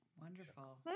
wonderful